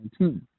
2019